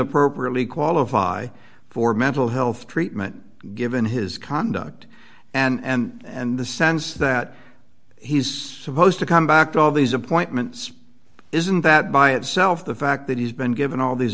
appropriately qualify for mental health treatment given his conduct and and the sense that he's supposed to come back to all these appointments isn't that by itself the fact that he's been given all these